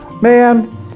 Man